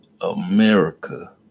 America